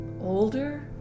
older